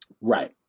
Right